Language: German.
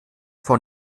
vor